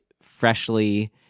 freshly